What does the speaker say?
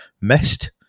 missed